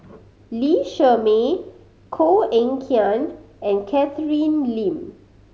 Lee Shermay Koh Eng Kian and Catherine Lim